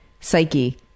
psyche